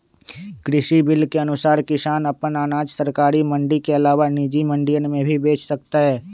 कृषि बिल के अनुसार किसान अपन अनाज सरकारी मंडी के अलावा निजी मंडियन में भी बेच सकतय